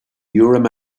your